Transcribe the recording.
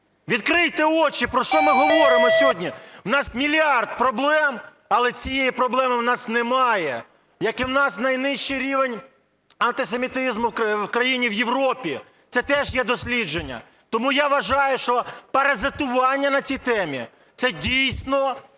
Відкрийте очі, про що ми говоримо сьогодні! У нас мільярд проблем, але цієї проблеми у нас немає, як і в нас найнижчий рівень антисемітизму в країні в Європі. Це теж є дослідження. Тому я вважаю, що паразитування на цій темі – це дійсно